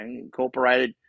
incorporated